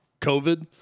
COVID